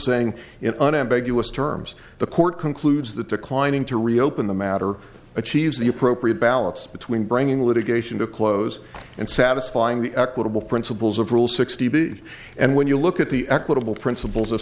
saying in unambiguous terms the court concludes that the climbing to reopen the matter achieves the appropriate balance between bringing litigation to a close and satisfying the equitable principles of rule sixty b and when you look at the equitable principles of